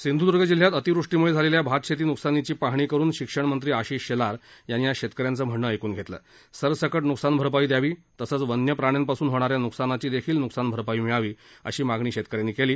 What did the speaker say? सिध्धुदुर्ग जिल्ह्यात अतिवृष्टीमुळ झालप्र्या भातशप्ती नुकसानीची पाहणी करून शिक्षणमधी आशिष शप्तार याद्वी आज शप्तकर्याद्व म्हणण ऐकून घप्तल सरसकट नुकसानभरपाई यावी तसच वन्यप्राण्याप्रासून होणाऱ्या नुकसानाची दख्बील नुकसान भरपाई मिळावी अशी मागणी शव्वकऱ्याव्वी काली